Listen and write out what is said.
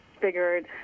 figured